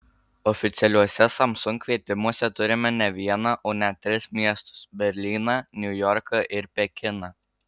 oficialiuose samsung kvietimuose turime ne vieną o net tris miestus berlyną niujorką ir pekiną